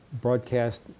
broadcast